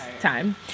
time